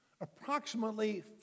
Approximately